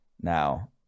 Now